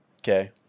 Okay